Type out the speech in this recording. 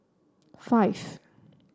five